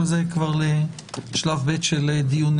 אבל זה כבר לשלב ב' של דיוננו.